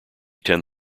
ten